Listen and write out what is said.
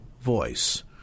voice